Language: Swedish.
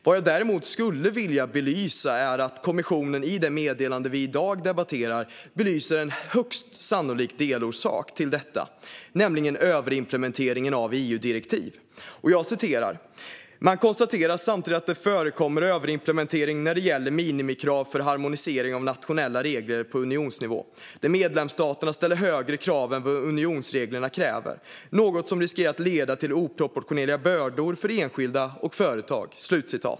Vad jag däremot skulle vilja lyfta fram är att kommissionen i det meddelande vi i dag debatterar belyser en högst sannolik delorsak, nämligen överimplementeringen av EU-direktiv. Man "konstaterar samtidigt att det förekommer överimplementering när det gäller minimikrav för harmonisering av nationella regler på unionsnivå, där medlemsstaterna ställer högre krav än unionsreglerna kräver, något som riskerar att leda till oproportionerliga bördor för enskilda och företag".